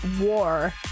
war